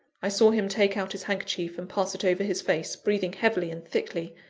i saw him take out his handkerchief, and pass it over his face, breathing heavily and thickly,